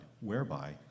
whereby